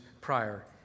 prior